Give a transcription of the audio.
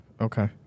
Okay